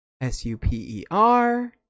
S-U-P-E-R